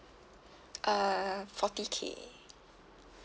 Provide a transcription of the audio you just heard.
uh forty K